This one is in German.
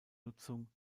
nutzung